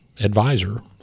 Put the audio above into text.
advisor